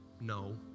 No